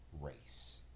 race